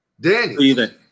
Danny